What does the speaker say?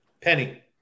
Penny